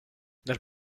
dal